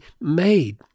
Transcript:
made